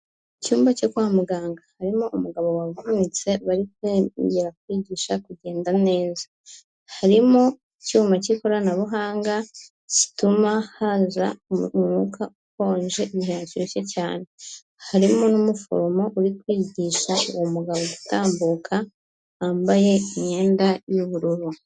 Mu cyumba cyo kwa muganga harimo umugabo wavunitse bari kongera kwigisha kugenda neza, harimo icyuma cy'ikoranabuhanga gituma haza umwuka ukonje igihe hashyushye cyane, harimo n'umuforomo uri kwigisha uwo mugabo gutambuka wambaye imyenda y'ubururu.